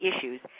issues